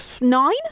Nine